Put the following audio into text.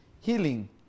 healing